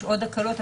יש עוד הקלות,